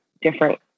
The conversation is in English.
different